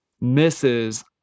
misses